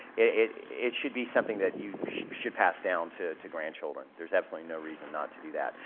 it it should be something that you should pass down to to grandchildren. there's absolutely no reason not to do that.